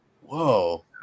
whoa